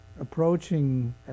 approaching